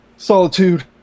solitude